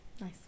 nice